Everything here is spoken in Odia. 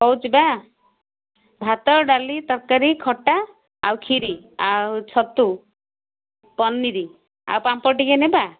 ହଉ ଯିବା ଭାତ ଡାଲି ତରକାରୀ ଖଟା ଆଉ ଖିରି ଆଉ ଛତୁ ପନିର ଆଉ ପାମ୍ପଡ଼ ଟିକେ ନେବା